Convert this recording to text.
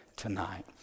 tonight